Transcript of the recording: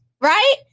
right